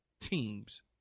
teams